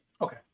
Okay